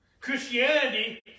Christianity